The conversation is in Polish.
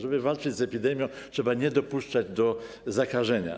Żeby walczyć z epidemią, trzeba nie dopuszczać do zakażenia.